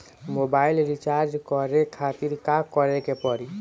Mobile recharge करे खातिर का करे के पड़ी?